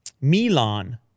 Milan